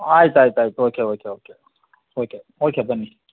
ಆಯ್ತು ಆಯ್ತು ಆಯ್ತು okay okay okay okay okay ಬನ್ನಿ